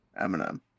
Eminem